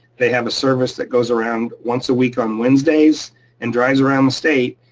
they have a service that goes around once a week on wednesdays and drives around the state,